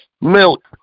milk